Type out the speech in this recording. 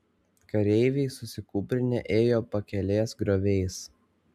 kareiviai susikūprinę ėjo pakelės grioviais